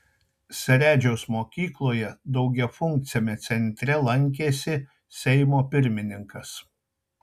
seredžiaus mokykloje daugiafunkciame centre lankėsi seimo pirmininkas